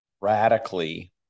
radically